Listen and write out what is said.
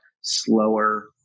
slower